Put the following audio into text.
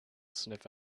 sniff